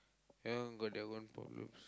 everyone got their own problem